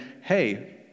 hey